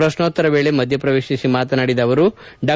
ಪ್ರಶ್ನೋತ್ತರ ವೇಳೆ ಮಧ್ಯಪ್ರವೇಶಿಸಿ ಮಾತನಾಡಿದ ಅವರು ಡಾ